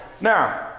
Now